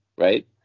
right